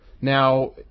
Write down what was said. Now